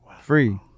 free